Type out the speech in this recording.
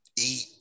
eat